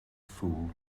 fool